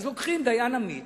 אז לוקחים דיין עמית